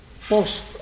post